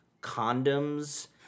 condoms